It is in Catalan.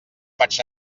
vaig